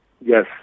Yes